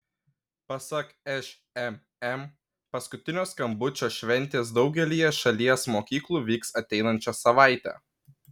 pasak šmm paskutinio skambučio šventės daugelyje šalies mokyklų vyks ateinančią savaitę